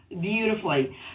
beautifully